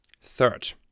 Third